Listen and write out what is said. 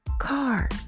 car